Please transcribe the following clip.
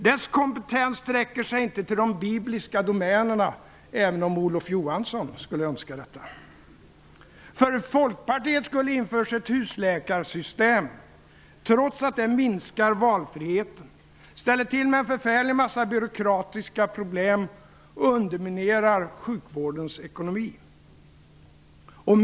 Dess kompetens sträcker sig inte till de bibliska domänerna, även om Olof Johansson skulle önska det. För Folkpartiets skull införs ett husläkarsystem, trots att det minskar valfriheten, ställer till med en förfärlig massa byråkratiska problem och underminerar sjukvårdens ekonomi.